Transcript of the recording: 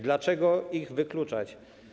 Dlaczego je wykluczać?